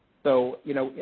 so, you know,